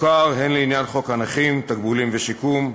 מוכר הן לעניין חוק הנכים (תגמולים ושיקום)